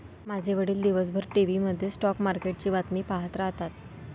माझे वडील दिवसभर टीव्ही मध्ये स्टॉक मार्केटची बातमी पाहत राहतात